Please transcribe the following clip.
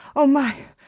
oh, my!